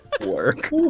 work